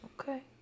okay